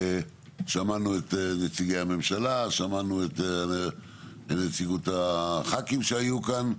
שמענו את נציגי הממשלה, שמענו את הח"כים שהיו כאן.